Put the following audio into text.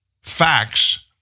Facts